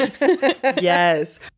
yes